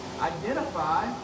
identify